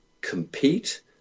compete